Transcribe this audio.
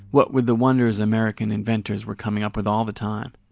what would the wonders american inventors were coming up with all the time?